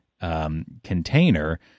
container